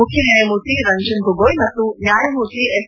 ಮುಖ್ಯ ನ್ವಾಯಮೂರ್ತಿ ರಂಜನ್ ಗೊಗೋಯ್ ಮತ್ತು ನ್ವಾಯಮೂರ್ತಿ ಎಸ್